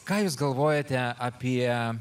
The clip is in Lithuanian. ką jūs galvojate apie